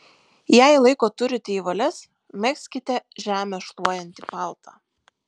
jei laiko turite į valias megzkite žemę šluojantį paltą